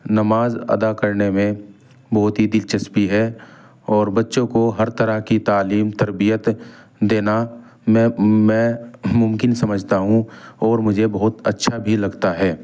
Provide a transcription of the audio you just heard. نماز ادا کرنے میں بہت ہی دلچسپی ہے اور بچوں کو ہر طرح کی تعلیم تربیت دینا میں میں ممکن سمجھتا ہوں اور مجھے بہت اچھا بھی لگتا ہے